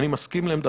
אני מסכים לעמדתך.